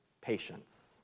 patience